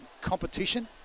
competition